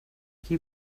qui